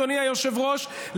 אדוני היושב-ראש,